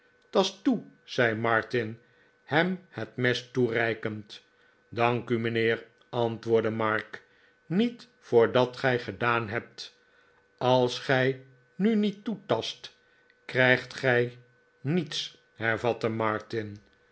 toe zei martin hem het mes toereikend dank u mijnheer antwoordde mark niet voordat gij gedaan hebt als gij nu niet toetast krijgt gij niets hervatte martin